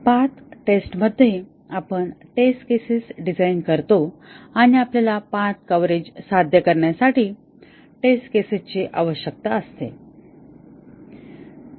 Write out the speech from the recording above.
path टेस्टमध्ये आपण test cases design करतो किंवा आपल्याला पाथ कव्हरेज साध्य करण्यासाठी टेस्ट केसेसची आवश्यकता असते